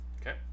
Okay